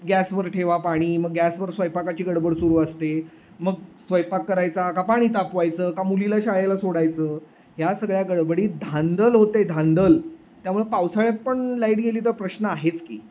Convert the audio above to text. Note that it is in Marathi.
गॅसवर ठेवा पाणी मग गॅसवर स्वयंपाकाची गडबड सुरू असते मग स्वयंपाक करायचा का पाणी तापवायचं का मुलीला शाळेला सोडायचं या सगळ्या गडबडीत धांदल होते धांदल त्यामुळं पावसाळ्यात पण लाईट गेली तर प्रश्न आहेच की